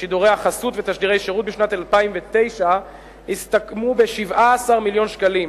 משידורי החסות ותשדירי השירות בשנת 2009 הסתכמו ב-17 מיליון שקלים,